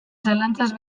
zalantzaz